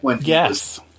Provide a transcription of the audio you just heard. Yes